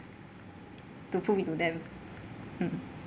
to prove it to them mm